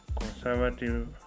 Conservative